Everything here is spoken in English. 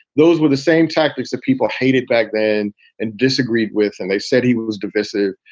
those were the same tactics that people hated back then and disagreed with. and they said he was divisive.